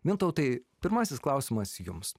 mintautai pirmasis klausimas jums